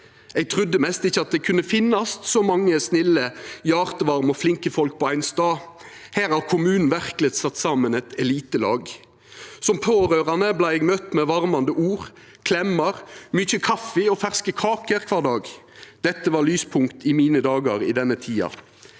Eg trudde mest ikkje at det kunne finnast så mange snille, hjartevarme og flinke folk på ein stad. Her har kommunen verkeleg sett saman eit elitelag! Som pårørande blei eg møtt med varmande ord, klemmar, mykje kaffi og ferske kaker kvar dag. Dette var lyspunkt i mine dagar i denne tida.»